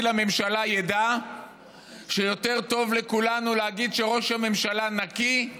לממשלה ידע שיותר טוב לכולנו להגיד שראש הממשלה נקי,